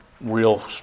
real